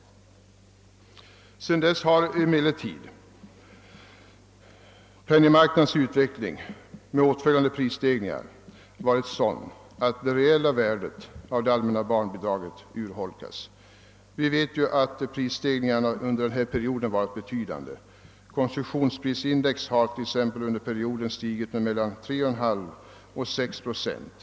Sedan dess har emellertid penningvärdeutvecklingen med åtföljande prisstegringar varit sådan, att det reella värdet av det allmänna barnbidraget urholkats. Vi vet att prisstegringarna under denna period varit betydande. Konsumentprisindex t.ex. har under perioden stigit med mellan 3,5 och 6 procent.